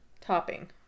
topping